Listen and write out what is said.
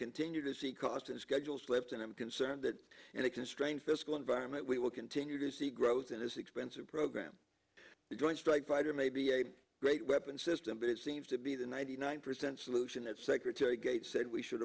continue to see cost and schedules left and i'm concerned that in a constrained fiscal environment we will continue to see growth in this expensive program the joint strike fighter may be a great weapon system but it seems to be the ninety nine percent solution that secretary gates said we should